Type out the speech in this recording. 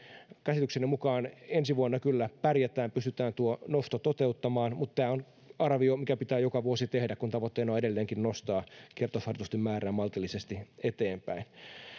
käsitykseni mukaan ensi vuonna kyllä pärjätään pystytään tuo nosto toteuttamaan mutta tämä on arvio mikä pitää joka vuosi tehdä kun tavoitteena on edelleenkin nostaa kertausharjoitusten määrää maltillisesti ylöspäin